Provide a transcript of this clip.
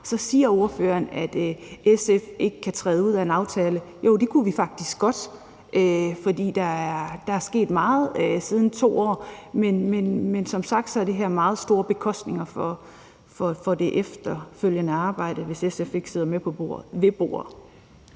Så siger ordføreren, at SF ikke kan træde ud af en aftale. Jo, det kunne vi faktisk godt, for der er sket meget de sidste 2 år. Men som sagt har det her meget store bekostninger for det efterfølgende arbejde, hvis SF ikke sidder med ved bordet.